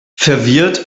verwirrt